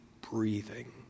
breathing